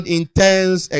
intense